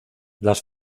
las